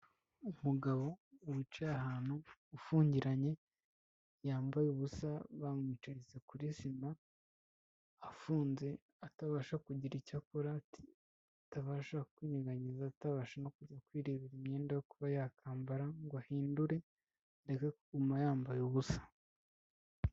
Umugabo wicaye ahantu ufungiranye, yambaye ubusa bamwicaritse kuri sima, afunze atabasha kugira icyo akora, atabasha kwinyeganyeza, atabasha no kwirebera imyenda yo kuba yakambara ngo ahindure, areke kuguma yambaye ubusa.